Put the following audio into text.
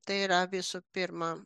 tai yra visų pirma